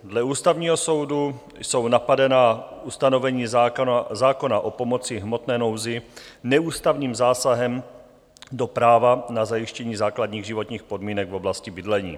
Dle Ústavního soudu jsou napadená ustanovení zákona o pomoci v hmotné nouzi neústavním zásahem do práva na zajištění základních životních podmínek v oblasti bydlení.